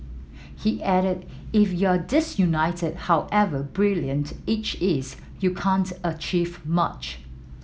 he added if you're disunited however brilliant each is you can't achieve much